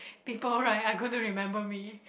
people right are gonna remember me